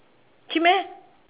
cheap meh